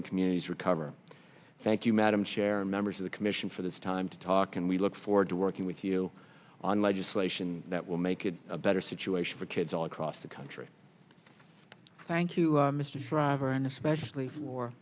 and communities recover thank you madam chair members of the commission for this time to talk and we look forward to working with you on legislation that will make it a better situation for kids all across the country thank you mr driver and especially for